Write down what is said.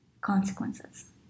consequences